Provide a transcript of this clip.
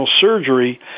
surgery